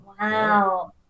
Wow